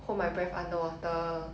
hold my breath underwater